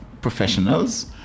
professionals